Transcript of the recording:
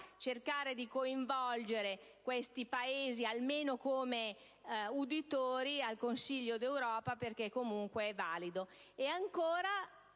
cercare di coinvolgere questi Paesi almeno come uditori al Consiglio d'Europa, perché la reputo un'idea